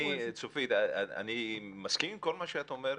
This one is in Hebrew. צופית, אני מסכים עם כל מה שאת אומרת.